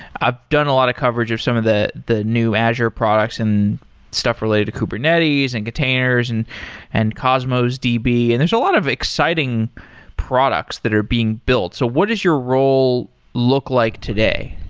i've done a lot of coverage of some of the the new azure products and stuff related to kubernetes and containers and and cosmos db, and there's a lot of exciting products that are being built. so what is your role look like today?